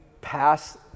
pass